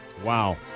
Wow